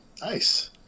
Nice